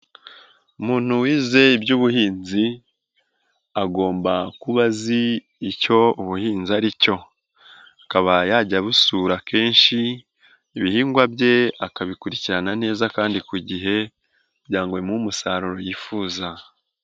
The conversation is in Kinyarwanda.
Umuntu wize iby'ubuhinzi agomba kuba azi icyo ubuhinzi ari cyo, akaba yajya abusura kenshi ibihingwa bye, akabikurikirana neza kandi ku gihe abonemo umusaruro yifuza.